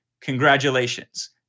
congratulations